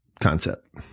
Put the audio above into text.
concept